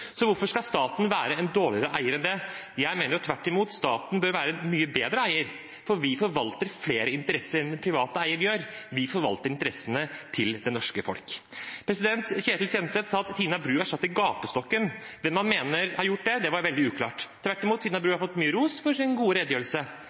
Hvorfor skal staten være en dårligere eier enn det? Jeg mener tvert imot at staten bør være en mye bedre eier, for vi forvalter flere interesser enn private eiere gjør. Vi forvalter interessene til det norske folk. Ketil Kjenseth sa at Tina Bru er satt i gapestokken. Hvem man mener har gjort det, var veldig uklart. Tvert imot har Tina Bru